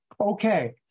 Okay